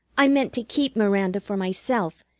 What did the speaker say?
i meant to keep miranda for myself,